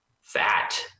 fat